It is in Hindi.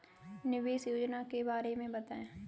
निवेश योजना के बारे में बताएँ?